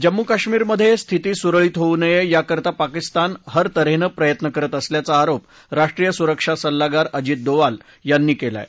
जम्मू कश्मीरमधे स्थिती सुरळीत होऊ नये याकरता पाकिस्तान हरत हेने प्रयत्न करत असल्याचा आरोप राष्ट्रीय सुरक्षा सल्लागार अजित दोवाल यांनी केला आहे